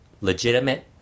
legitimate